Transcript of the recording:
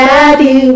Daddy